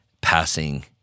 passing